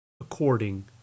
according